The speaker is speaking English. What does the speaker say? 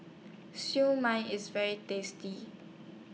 Siew Mai IS very tasty